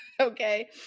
Okay